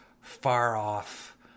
far-off